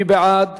מי בעד?